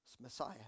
Messiah